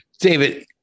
David